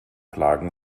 plagen